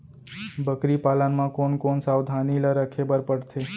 बकरी पालन म कोन कोन सावधानी ल रखे बर पढ़थे?